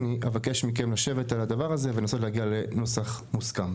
אני אבקש מכם לשבת על הדבר הזה ולנסות להגיע לנוסח מוסכם.